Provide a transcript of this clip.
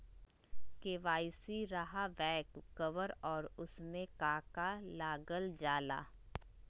KYC रहा back cover और उसमें का का लागल जाला?